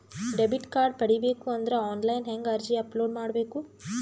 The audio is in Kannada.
ಡೆಬಿಟ್ ಕಾರ್ಡ್ ಪಡಿಬೇಕು ಅಂದ್ರ ಆನ್ಲೈನ್ ಹೆಂಗ್ ಅರ್ಜಿ ಅಪಲೊಡ ಮಾಡಬೇಕು?